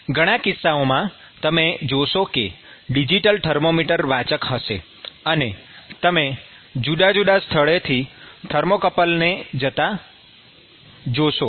ઘણા કિસ્સાઓમાં તમે જોશો કે ડિજિટલ થર્મોમીટર વાચક હશે અને તમે જુદા જુદા સ્થળોથી થર્મોકપલને જતાં જોશો